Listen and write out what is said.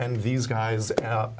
and these guys